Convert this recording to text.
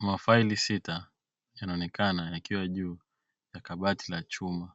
Mafaili sita yanaonekana yakiwa juu ya kabati la chuma